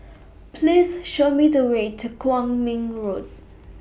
Please Show Me The Way to Kwong Min Road